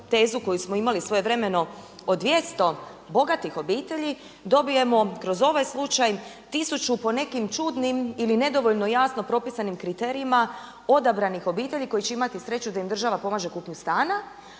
tezu koju smo imali svojevremeno o 200 bogatih obitelji dobijemo kroz ovaj slučaj tisuću po nekim čudnim ili nedovoljno jasno propisanim kriterijima odabranih obitelji koje će imati sreću da im država pomaže u kupnji stana.